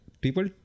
people